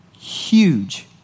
huge